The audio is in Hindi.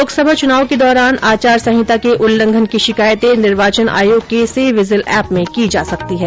लोकसभा चुनाव के दौरान आचार संहिता के उल्लंघन की शिकायतें निर्वाचन आयोग के सी विजिल एप में की जा सकती है